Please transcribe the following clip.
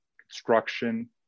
construction